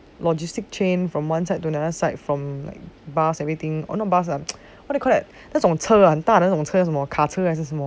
logistic chain from one side to another side from like bars everything on a bus and what you call that 那种车很大的那种卡车子还是什么 na nuo nei ne nai zhong chong ka che zi hai shi shen me